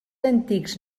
antics